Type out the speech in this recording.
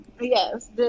yes